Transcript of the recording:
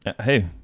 Hey